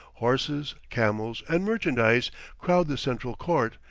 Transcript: horses, camels, and merchandise crowd the central court,